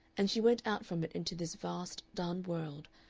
and she went out from it into this vast, dun world,